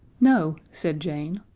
no, said jane.